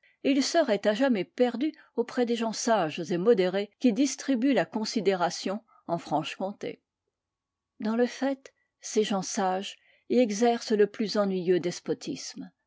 il serait à jamais perdu auprès des gens sages et modérés qui distribuent la considération en franche-comté dans le fait ces gens sages y exercent le plus ennuyeux despotisme